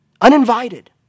uninvited